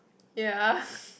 ya